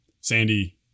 Sandy